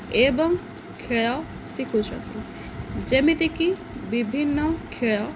ଏବଂ ଖେଳ ଶିଖୁଛନ୍ତି ଯେମିତିକି ବିଭିନ୍ନ ଖେଳ